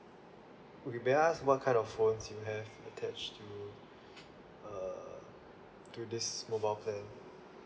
okay may I ask what kind of phones you have attached to uh to this mobile plan